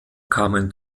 kamen